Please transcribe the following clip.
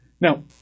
Now